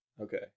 Okay